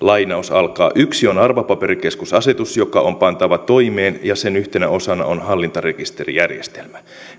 yksi on arvopaperikeskusasetus joka on pantava toimeen ja sen yhtenä osana on hallintarekisterijärjestelmä